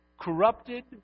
corrupted